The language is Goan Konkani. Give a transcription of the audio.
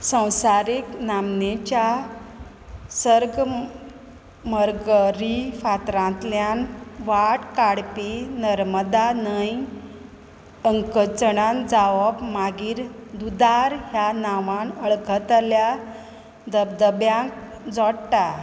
संवसारीक नामनेच्या सर्ग मर्गरी फातरांतल्यान वाट काडपी नर्मदा न्हंय अंकचणान जावप मागीर धुअंदार ह्या नांवान वळखतल्या धबधब्याक जोडटा